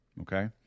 Okay